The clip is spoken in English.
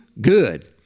good